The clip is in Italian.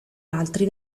altri